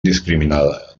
indiscriminada